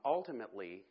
Ultimately